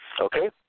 Okay